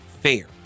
fair